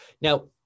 now